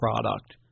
product